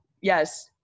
Yes